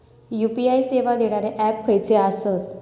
UPI सेवा देणारे app खयचे आसत?